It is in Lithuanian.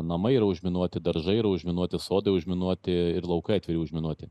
namai yra užminuoti daržai yra užminuoti sodai užminuoti ir laukai atviri užminuoti